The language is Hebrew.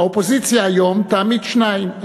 האופוזיציה היום תעמיד שניים,